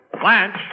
Blanche